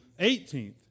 18th